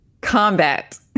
combat